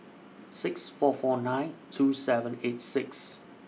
six four four nine two seven eight six